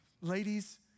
Ladies